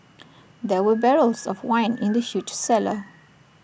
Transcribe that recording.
there were barrels of wine in the huge cellar